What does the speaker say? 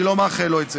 אני לא מאחל לו את זה,